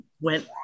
went